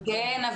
כן,